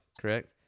correct